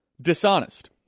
dishonest